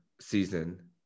season